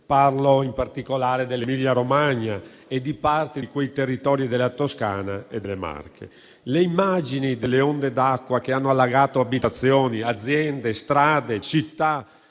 Parlo in particolare dell'Emilia-Romagna e di parte dei territori della Toscana e delle Marche. Le immagini delle onde d'acqua che hanno allagato abitazioni, aziende, strade, città,